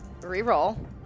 re-roll